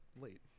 late